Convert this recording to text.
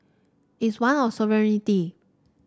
is one of sovereignty